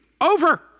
over